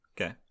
Okay